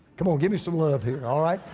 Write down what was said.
come on, give me some love here, all right.